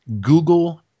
Google